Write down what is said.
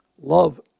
Love